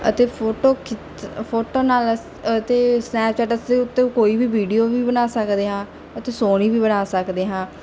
ਅਤੇ ਫੋਟੋ ਖਿਚ ਫੋਟੋ ਨਾਲ ਅਸ ਅਤੇ ਸਨੈਪਚੈਟ ਅਸ ਉੱਤੇ ਕੋਈ ਵੀ ਵੀਡੀਓ ਵੀ ਬਣਾ ਸਕਦੇ ਹਾਂ ਉੱਥੇ ਸੋਹਣੀ ਵੀ ਬਣਾ ਸਕਦੇ ਹਾਂ